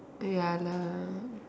ya lah